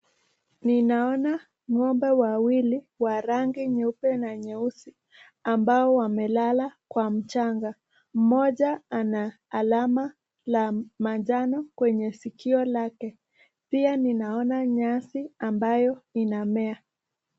Ninaona ng'ombe wawili wa rangi nyeupe na nyeusi ambao wamelala kwa mchanga. Mmoja ana alama la manjano kwenye sikio lake. Pia ninaona nyasi ambayo inamea.